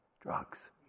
Drugs